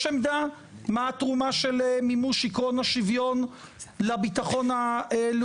יש עמדה מה התרומה של מימוש עקרון השוויון לביטחון הלאומי?